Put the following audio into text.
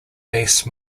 based